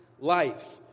life